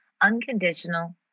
unconditional